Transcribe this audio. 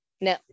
No